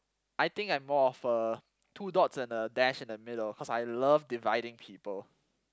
I think I'm more of a two dots and a dash in the middle cause I love dividing people